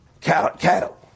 cattle